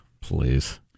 please